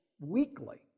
weekly